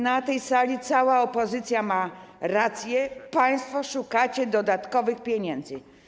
Na tej sali cała opozycja ma rację - państwo szukacie dodatkowych pieniędzy.